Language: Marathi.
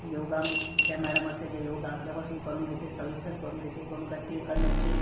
ते योगा ज्या मॅडम असते त्या योगा आपल्यापासून करून घेते सविस्तर करून घेते काहून का ते करण्याचे